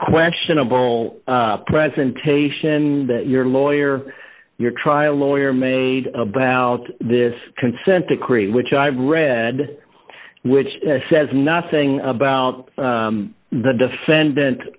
questionable presentation that your lawyer your trial lawyer made about this consent decree which i've read which says nothing about the defendant